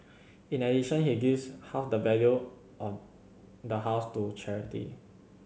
in addition he gives half the value of the house to charity